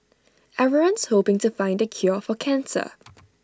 everyone's hoping to find the cure for cancer